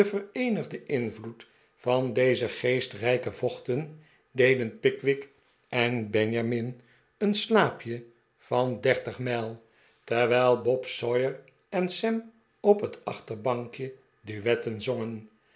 den vereenigden invloed van deze geestrijke vochten deden pickwick en benjamin een slaapje van dertig mijl terwijl bob sawyer en sam op het achterbankje duetten zongen